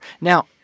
Now